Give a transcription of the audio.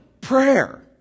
prayer